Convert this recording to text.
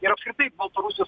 ir apskritai baltarusijos